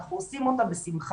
אנחנו עושים אותה בשמחה.